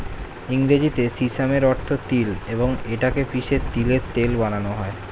ইংরেজিতে সিসামের অর্থ তিল এবং এটা কে পিষে তিলের তেল বানানো হয়